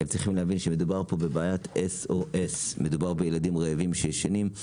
הם צריכים להבין שמדובר פה בבעיית S.O.S מדובר בילדים רעבים שישנים,